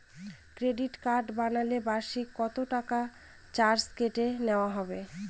Credit card বানালে বার্ষিক কত টাকা চার্জ কেটে নেওয়া হবে?